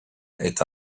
est